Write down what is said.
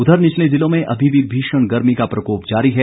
उधर निचले ज़िलो में अभी भी भीषण गर्मी का प्रकोप जारी है